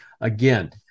again